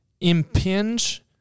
impinge